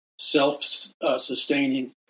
self-sustaining